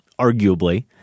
arguably